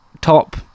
top